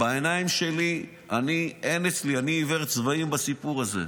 בעיניים שלי אני עיוור צבעים בסיפור הזה.